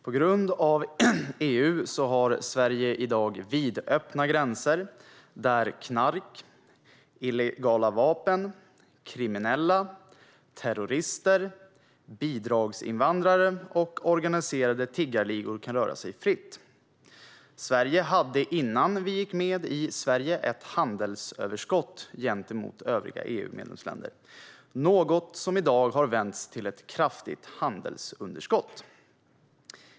På grund av EU har Sverige i dag vidöppna gränser där knark, illegala vapen, kriminella, terrorister, bidragsinvandrare och organiserade tiggarligor kan röra sig fritt. Sverige hade innan vi gick med i EU ett handelsöverskott gentemot övriga EU-medlemsländer, något som i dag har vänts till ett kraftigt handelsunderskott.